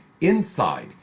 INSIDE